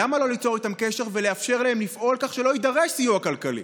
למה לא ליצור איתם קשר ולאפשר להם לפעול כך שלא יידרש סיוע כלכלי?